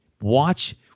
watch